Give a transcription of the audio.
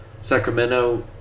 Sacramento